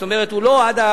זאת אומרת הוא לא עד,